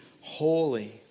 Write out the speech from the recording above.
holy